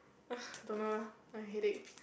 ugh don't know lah I headache